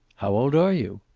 how old are you?